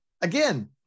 again